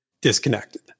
disconnected